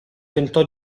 tentò